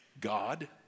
God